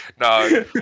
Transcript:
No